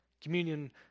Communion